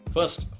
First